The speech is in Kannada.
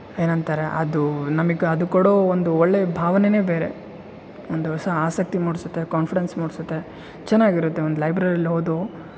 ಏನಂತಾರೆ ಅದು ನಮಗ್ ಅದು ಕೊಡೋ ಒಂದು ಒಳ್ಳೆ ಭಾವನೇನೇ ಬೇರೆ ಒಂದು ಹೊಸ ಆಸಕ್ತಿ ಮೂಡಿಸುತ್ತೆ ಕಾನ್ಫಿಡೆನ್ಸ್ ಮೂಡಿಸುತ್ತೆ ಚೆನ್ನಾಗಿರುತ್ತೆ ಒಂದು ಲೈಬ್ರೆರೀಲಿ ಓದೋ